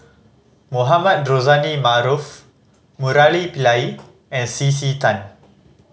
Mohamed Rozani Maarof Murali Pillai and C C Tan